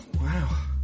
Wow